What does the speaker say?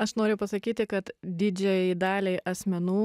aš noriu pasakyti kad didžiajai daliai asmenų